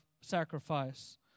sacrifice